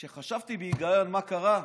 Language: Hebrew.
כשחשבתי בהיגיון מה קרה,